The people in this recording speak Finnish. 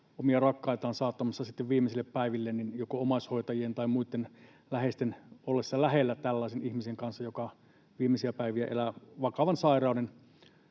omia rakkaitaan saattamassa sitten viimeisille päiville, joko omaishoitajien tai muitten läheisten ollessa lähellä tällaista ihmistä, joka viimeisiä päiviä elää vakavan sairauden